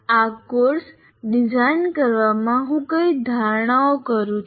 આ course design કરવામાં હું કઈ ધારણાઓ કરું છું